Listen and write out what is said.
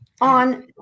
On